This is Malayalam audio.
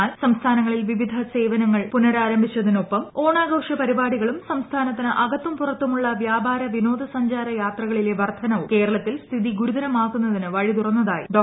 എന്നാൽ സംസ്ഥാനങ്ങളിൽ വിവിധ സേവനങ്ങൾ പുനരാരംഭിച്ചതിനൊപ്പുറിച്ച് ഓണാഘോഷ പരിപാടികളും സംസ്ഥാനത്തിന് അകത്തൂർ പ്പുറത്തുമുള്ള വ്യാപാര വിനോദസഞ്ചാര യാത്രകളിലെ വർദ്ധന്റയുർ കേരളത്തിൽ സ്ഥിതി ഗുരുതരമാകുന്നതിന് വഴിതുറന്നതാർയി ഡോ